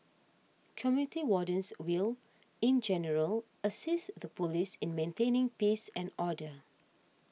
community wardens will in general assist the police in maintaining peace and order